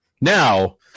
now